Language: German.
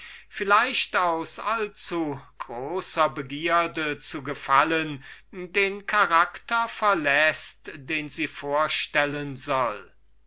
vielleicht aus allzugroßer begierde zu gefallen den charakter verläßt den sie vorstellen soll